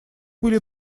были